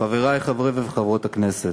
תודה, חברי חברי וחברות הכנסת,